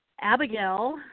Abigail